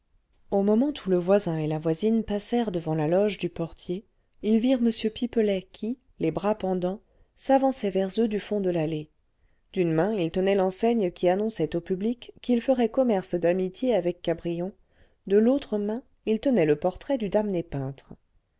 au moment où le voisin et la voisine passèrent devant la loge du portier ils virent m pipelet qui les bras pendants s'avançait vers eux du fond de l'allée d'une main il tenait l'enseigne qui annonçait au public qu'il ferait commerce d'amitié avec cabrion de l'autre main il tenait le portrait du damné peintre